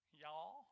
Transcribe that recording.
y'all